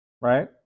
right